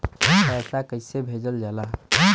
पैसा कैसे भेजल जाला?